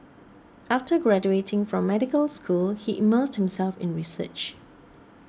after graduating from medical school he immersed himself in research